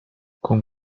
con